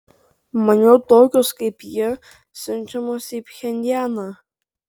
maniau tokios kaip ji siunčiamos į pchenjaną